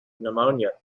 pneumonia